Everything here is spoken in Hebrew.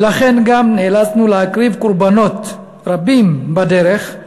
ולכן גם נאלצנו להקריב קורבנות רבים בדרך.